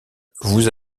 vous